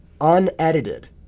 unedited